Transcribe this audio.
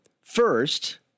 first